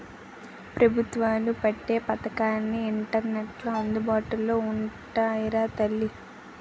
పెబుత్వాలు ఎట్టే పదకాలన్నీ ఇంటర్నెట్లో అందుబాటులో ఉంటాయిరా తల్లీ